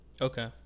Okay